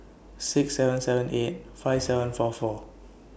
six seven seven eight five seven four four